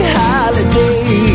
holiday